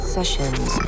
Sessions